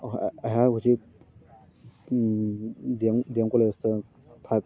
ꯑꯩꯍꯥꯛ ꯍꯧꯖꯤꯛ D M ꯀꯣꯂꯦꯖꯇ ꯐꯥꯏꯕ